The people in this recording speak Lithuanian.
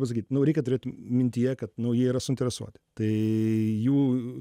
visgi nu reikia turėt mintyje kad nu jie yra suinteresuoti tai jų